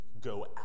go